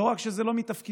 לא רק שזה לא מתפקידה,